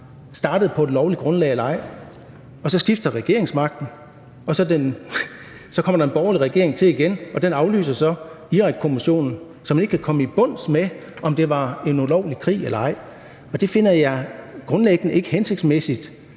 startet på et lovligt grundlag eller ej. Så skifter regeringsmagten, og så kommer der en borgerlig regering til igen, og den aflyser så Irakkommissionen, så man ikke kan komme til bunds i, om det var en ulovlig krig eller ej. Jeg finder det grundlæggende ikke hensigtsmæssigt,